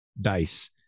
dice